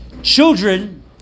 children